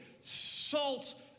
Salt